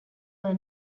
were